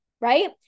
right